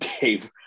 Dave